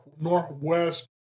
Northwest